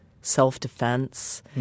self-defense